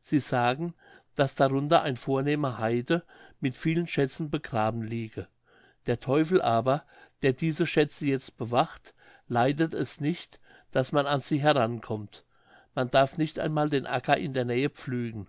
sie sagen daß darunter ein vornehmer heide mit vielen schätzen begraben liege der teufel aber der diese schätze jetzt bewacht leidet es nicht daß man an sie herankommt man darf nicht einmal den acker in der nähe pflügen